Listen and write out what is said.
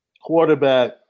quarterback